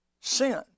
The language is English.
sin